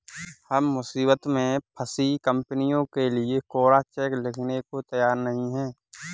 हम मुसीबत में फंसी कंपनियों के लिए कोरा चेक लिखने को तैयार नहीं हैं